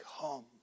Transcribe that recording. come